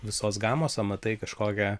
visos gamos o matai kažkokią